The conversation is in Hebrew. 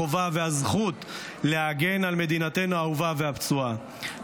החובה והזכות להגן על מדינתנו האהובה והפצועה,